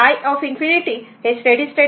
तर हे current i ∞ steady state आहे